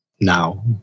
now